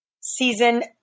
season